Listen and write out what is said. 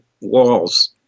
walls